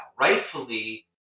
Rightfully